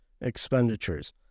expenditures